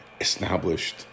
established